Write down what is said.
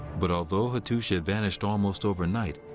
but although hattusha vanished almost overnight,